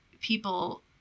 people